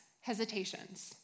hesitations